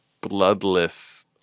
bloodless